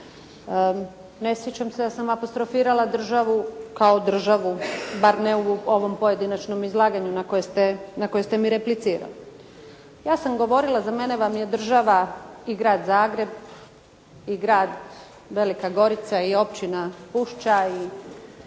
Ne sjećam se da sam apostrofirala državu kao državu, bar ne u ovom pojedinačnom izlaganju na koje ste mi replicirali. Ja sam govorila, za mene je država i Grad Zagreb i Grad Velika Gorica i općina Pušća,